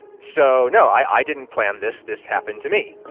so, no, i didn't plan this. this happened to me